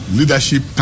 leadership